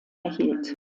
erhielt